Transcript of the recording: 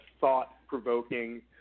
thought-provoking